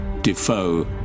Defoe